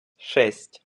шесть